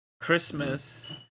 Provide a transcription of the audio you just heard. Christmas